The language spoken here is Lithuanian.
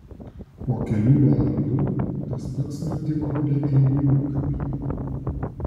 po kelių valandų tas pats nutiko prie eigulių kapinių